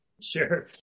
Sure